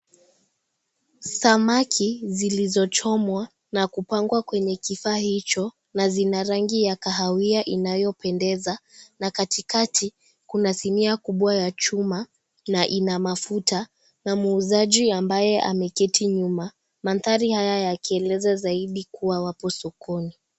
Samaki zilizo chomwa na kupangwa kwenye kifaa hicho na zina rangi ya kahawiya inayo pendeza na katikati Kuna zinia kubwa ya chuma na Ina mafuta na muuzaji ambaye ameketi nyuma. Mandhari haya yakieleza zaidi kuwa wako sokoni.